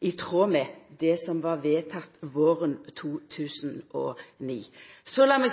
i tråd med det som var vedteke våren 2009. Så